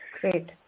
Great